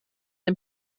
dem